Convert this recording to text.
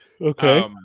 Okay